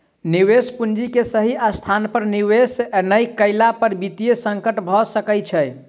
निवेश पूंजी के सही स्थान पर निवेश नै केला पर वित्तीय संकट भ सकै छै